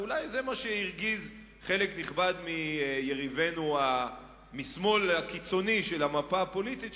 ואולי זה מה שהרגיז חלק נכבד מיריבינו מהשמאל הקיצוני של המפה הפוליטית,